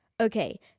Okay